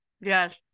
Yes